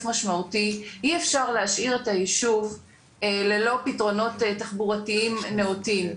משמעותי אי אפשר להשאיר את היישוב ללא פתרונות תחבורתיים נאותים.